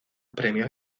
premios